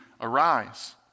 arise